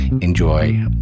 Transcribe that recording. Enjoy